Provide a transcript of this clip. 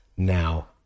Now